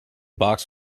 box